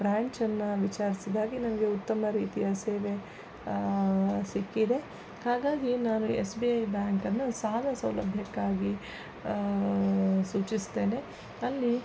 ಬ್ರಾಂಚನ್ನು ವಿಚಾರಿಸಿದಾಗ ನನಗೆ ಉತ್ತಮ ರೀತಿಯ ಸೇವೆ ಸಿಕ್ಕಿದೆ ಹಾಗಾಗಿ ನಾನು ಎಸ್ ಬಿ ಐ ಬ್ಯಾಂಕನ್ನು ಸಾಲ ಸೌಲಭ್ಯಕ್ಕಾಗಿ ಸೂಚಿಸ್ತೇನೆ ಅಲ್ಲಿ